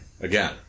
again